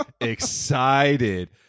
excited